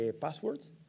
passwords